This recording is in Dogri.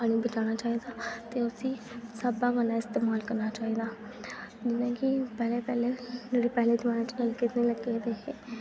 पानी बचाना चाहिदा ते उसी स्हाबै कन्नै इस्तेमाल करना चाहिदा जि'यां कि पैह्लें पैह्लेें जेह्ड़े पैह्लें जमाने च नलके नेईं लग्गे दे हे